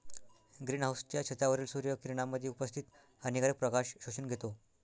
green हाउसच्या छतावरील सूर्य किरणांमध्ये उपस्थित हानिकारक प्रकाश शोषून घेतो